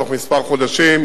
בתוך כמה חודשים,